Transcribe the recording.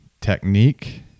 technique